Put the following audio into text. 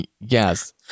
Yes